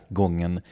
gången